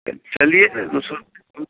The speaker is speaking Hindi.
तो चलिए तो दो सौ